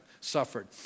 suffered